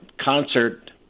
concert